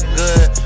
good